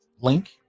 link